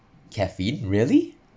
caffeine really